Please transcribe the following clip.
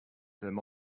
them